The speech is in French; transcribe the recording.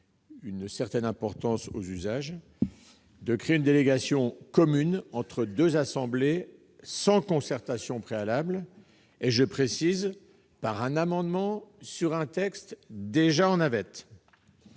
une certaine importance aux usages -de créer une délégation commune entre deux assemblées sans concertation préalable et au moyen d'un amendement déposé sur un texte déjà en navette.